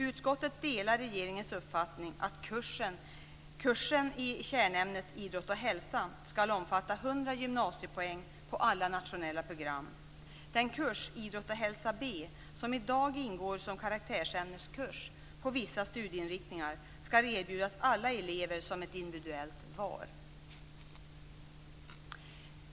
Utskottet delar regeringens uppfattning att kursen i kärnämnet Idrott och hälsa skall omfatta 100 gymnasiepoäng på alla nationella program. Den kurs, Idrott och hälsa B, som i dag ingår som karaktärsämneskurs på vissa studieinriktningar skall erbjudas alla elever som ett individuellt val.